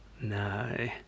No